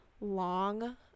long